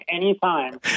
anytime